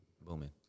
booming